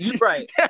Right